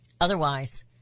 Otherwise